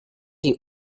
die